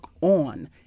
on